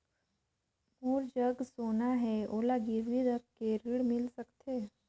मोर जग सोना है ओला गिरवी रख के ऋण मिल सकथे?